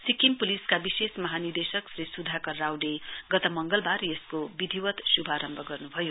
सिक्किम प्लिसका विशेष महानिदेशक श्री सुधाकर रावले गत संगलवार यसको विधिवत श्भरम्भ गर्न्भयो